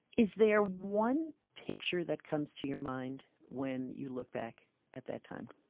is there one picture that comes to your mind when you look back at that time?